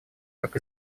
как